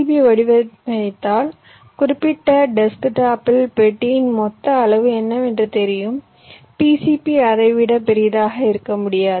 பியை வடிவமைத்தால் குறிப்பிட்ட டெஸ்க்டாப்பில் பெட்டியின் மொத்த அளவு என்னவென்று தெரியும் பிசிபி அதை விட பெரியதாக இருக்க முடியாது